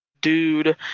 dude